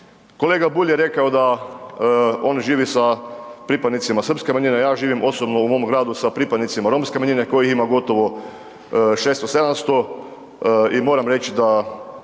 Kolega Bulj je rekao da on živi sa pripadnicima srpske manjine, ja živim osobno u mom gradu sa pripadnicima romske manjine kojih ima gotovo 600, 700 i moram reć da